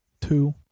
two